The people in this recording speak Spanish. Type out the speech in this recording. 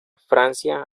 francia